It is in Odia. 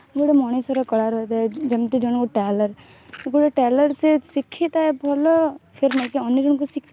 ମୁଁ ଗୋଟେ ମଣିଷର କଳା ରହିଥାଏ ଯେମିତି ଜଣେ ଟେଲର୍ ଗୋଟେ ଟେଲର୍ ସେ ଶିିଖିଥାଏ ଭଲ ଫିର୍ ଅନ୍ୟ ଜଣଙ୍କୁ